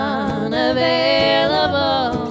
unavailable